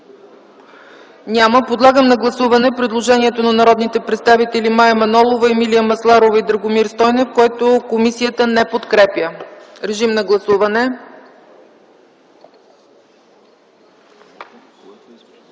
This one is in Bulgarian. Няма. Подлагам на гласуване предложението на народните представители Мая Манолова, Емилия Масларова и Драгомир Стойнев, което комисията не подкрепя. Гласували